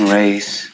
race